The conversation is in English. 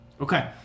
Okay